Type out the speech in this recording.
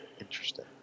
Interesting